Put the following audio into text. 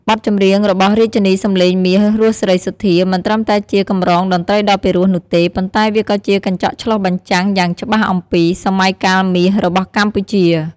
បទចម្រៀងរបស់រាជិនីសំឡេងមាស រស់ សេរីសុទ្ធា មិនត្រឹមតែជាកម្រងតន្ត្រីដ៏ពីរោះនោះទេ ប៉ុន្តែវាក៏ជាកញ្ចក់ឆ្លុះបញ្ចាំងយ៉ាងច្បាស់អំពី "សម័យកាលមាស" របស់កម្ពុជា។